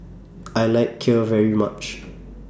I like Kheer very much